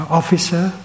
officer